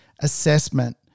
assessment